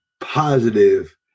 positive